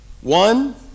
One